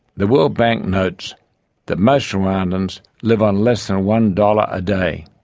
the world bank notes that most rwandans live on less than one dollar a day,